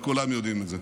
וכולם יודעים את זה,